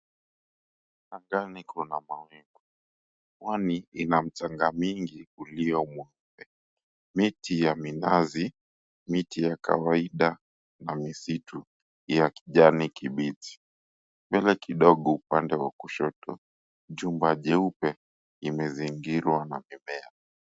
Angani kuna mawingu. Pwani ina mchanga mwingi ulio mweupe. Miti ya minazi, miti ya kawaida na misitu ya kijani kibichi. Mbele kidogo upande wa kushoto, jumba jeupe limezingirwa na mimea.